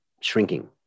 shrinking